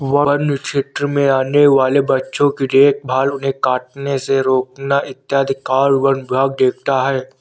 वन्य क्षेत्र में आने वाले वृक्षों की देखभाल उन्हें कटने से रोकना इत्यादि कार्य वन विभाग देखता है